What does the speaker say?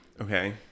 Okay